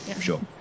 sure